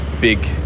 big